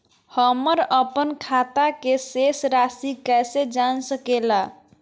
हमर अपन खाता के शेष रासि कैसे जान सके ला?